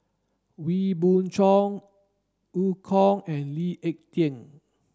Wee Beng Chong Eu Kong and Lee Ek Tieng